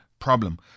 problem